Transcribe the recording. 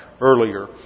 earlier